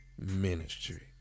Ministry